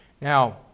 Now